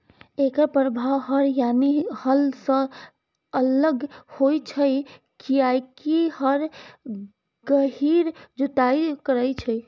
एकर प्रभाव हर यानी हल सं अलग होइ छै, कियैकि हर गहींर जुताइ करै छै